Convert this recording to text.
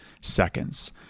seconds